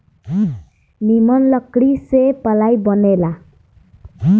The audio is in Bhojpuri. निमन लकड़ी से पालाइ बनेला